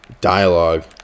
dialogue